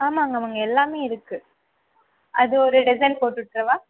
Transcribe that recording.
ஆமாங்க மேம் எல்லாமே இருக்குது அது ஒரு டசன் போட்டுவிட்றவா